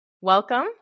Welcome